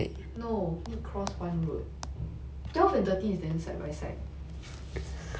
ya no need cross one road